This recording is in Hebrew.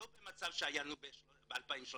לא במצב שהיינו ב-2013,